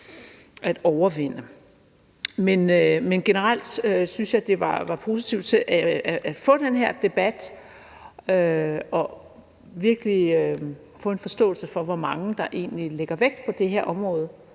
at overvinde. Men generelt synes jeg, at det var positivt at få den her debat og virkelig få en forståelse for, hvor mange der egentlig lægger vægt på det her område